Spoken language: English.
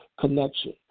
connection